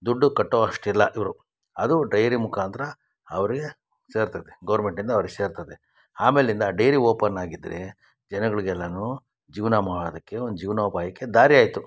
ದುಡ್ಡು ಕಟ್ಟುವಷ್ಟಿಲ್ಲ ಇವರು ಅದು ಡೈರಿ ಮುಖಾಂತರ ಅವರಿಗೆ ಸೇರ್ತದೆ ಗೌರ್ಮೆಂಟಿಂದ ಅವ್ರಿಗೆ ಸೇರ್ತದೆ ಆಮೇಲಿಂದ ಡೈರಿ ಓಪನ್ ಆಗಿದ್ದರೆ ಜನಗಳಿಗೆ ಎಲ್ಲಾನು ಜೀವನ ಮಾಡೋದಕ್ಕೆ ಒಂದು ಜೀವನೋಪಾಯಕ್ಕೆ ದಾರಿಯಾಯಿತು